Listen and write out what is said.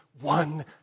one